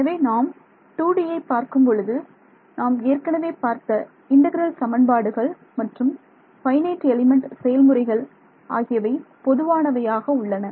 எனவே நாம் 2Dயை பார்க்கும் பொழுது நாம் ஏற்கனவே பார்த்த இன்டெக்ரல் சமன்பாடுகள் மற்றும் ஃபைனைட் எலிமெண்ட் செயல்முறைகள் ஆகியவை பொதுவானவையாக உள்ளன